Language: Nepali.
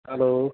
हेलो